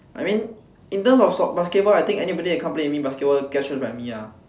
I mean in terms of so~ basketball I think anybody that come play with me basketball get thrashed by me ah